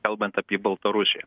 kalbant apie baltarusiją